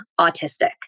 autistic